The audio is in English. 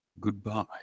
goodbye